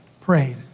prayed